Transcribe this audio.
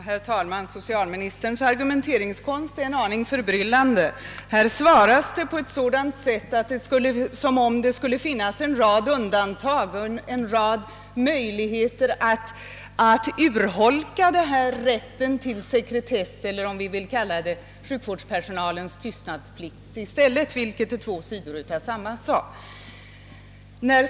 Herr talman! Socialministerns argumenteringskonst är en aning förbryllande. Han svarar på ett sådant sätt som om det skulle finnas en rad undantag och en rad möjligheter att urholka rätten till sekretess eller om man i stället vill kalla det sjukvårdspersonalens tystnadsplikt, vilket är två sidor av samma sak.